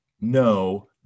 no